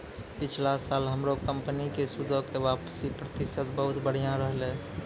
पिछला साल हमरो कंपनी के सूदो के वापसी प्रतिशत बहुते बढ़िया रहलै